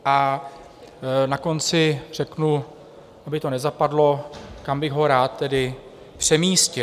A na konci řeknu, aby to nezapadlo, kam bych ho rád tedy přemístil.